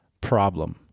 problem